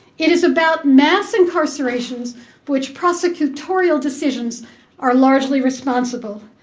it is about mass incarcerations which prosecutorial decisions are largely responsible.